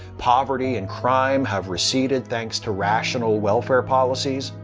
poverty and crime have receded thanks to rational welfare policies,